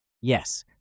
Yes